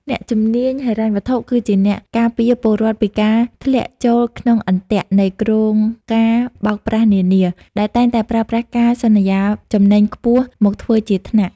អ្នកជំនាញហិរញ្ញវត្ថុគឺជាអ្នកការពារពលរដ្ឋពីការធ្លាក់ចូលក្នុងអន្ទាក់នៃគ្រោងការណ៍បោកប្រាស់នានា ដែលតែងតែប្រើប្រាស់ការសន្យាចំណេញខ្ពស់មកធ្វើជាថ្នាក់។